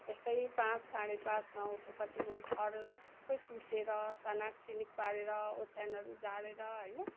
त्यस्तै पाँच साढे पाँचमा उठेपछि म घरहरू सबै पुसेर सनाकसिनिक पारेर ओछ्यानहरू झारेर होइन